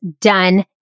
done